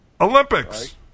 Olympics